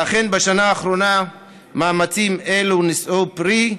ואכן, בשנה האחרונה מאמצים אלו נשאו פרי.